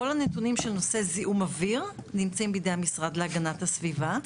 כל הנתונים של נושא זיהום אוויר נמצאים בידי המשרד להגנת הסביבה.